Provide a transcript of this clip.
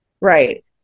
right